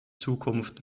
zukunft